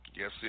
Yes